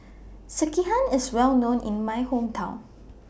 Sekihan IS Well known in My Hometown